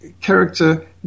character